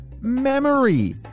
memory